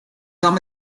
some